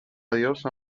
diosa